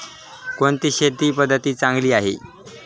कोणती शेती पद्धती चांगली आहे?